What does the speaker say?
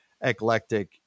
eclectic